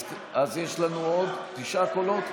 אז יש לנו עוד תשעה קולות.